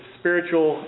spiritual